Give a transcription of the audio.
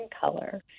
color